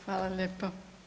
Hvala lijepo.